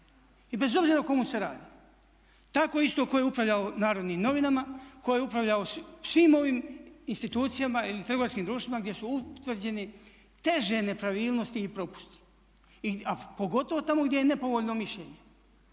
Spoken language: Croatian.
i bez obzira o komu se radi. Tako isto tko je upravljao Narodnim novinama, tko je upravljao svim ovim institucijama ili trgovačkim društvima gdje su utvrđene teže nepravilnosti ili propusti a pogotovo tamo gdje je nepovoljno mišljenje.